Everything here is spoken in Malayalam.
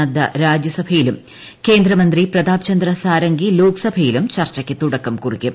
നഡ്ഡ രാജ്യസഭയിലും കേന്ദ്രമന്ത്രി പ്രതാപ് ചന്ദ്ര സാരാംഗി ലോക്സഭയിലും ചർച്ചയ്ക്ക് തുടക്കം കുറിക്കും